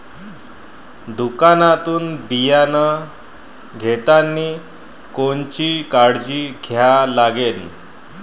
दुकानातून बियानं घेतानी कोनची काळजी घ्या लागते?